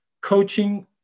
coaching